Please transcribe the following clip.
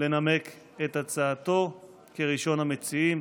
לנמק את הצעתו כראשון המציעים.